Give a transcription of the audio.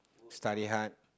study hard